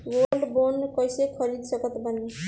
Gold bond कईसे खरीद सकत बानी?